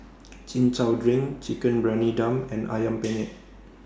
Chin Chow Drink Chicken Briyani Dum and Ayam Penyet